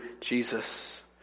Jesus